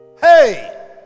Hey